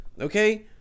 Okay